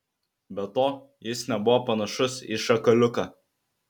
be to jis nebuvo panašus į šakaliuką